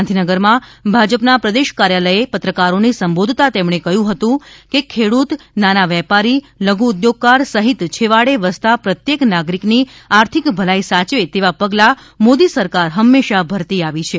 ગાંધીનગરમાં ભાજપના પ્રદેશ કાર્યાલચે પત્રકારોને સંબોધતા તેમણે કહ્યું હતું કે ખેડૂત નાના વેપારી લધુ ઉદ્યોગકાર સહિત છેવાડે વસતા પ્રત્યેક નાગરિકની આર્થિક ભલાઇ સાયવે તેવા પગલા મોદી સરકાર હંમેશા ભરતી આવી છે